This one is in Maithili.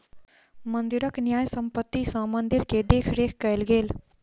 मंदिरक न्यास संपत्ति सॅ मंदिर के देख रेख कएल गेल